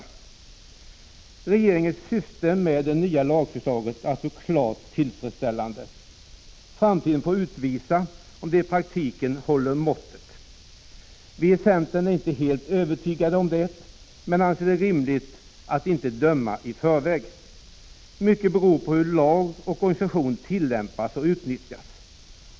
171 Regeringens syfte med det nya lagförslaget är alltså klart tillfredsställande. 17 december 1985 Framtiden får utvisa om det i praktiken håller måttet. Vi i centern är inte helt övertygade om det, men anser det rimligt att inte döma i förväg. Mycket beror på hur lag och organisation tillämpas och utnyttjas.